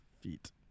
feet